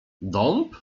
dąb